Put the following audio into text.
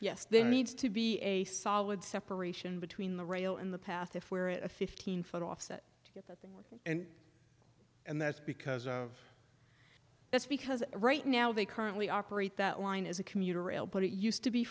yes there needs to be a solid separation between the rail in the path if we're at a fifteen foot offset to get there and and that's because of that's because right now they currently operate that line is a commuter rail but it used to be